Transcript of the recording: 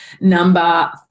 Number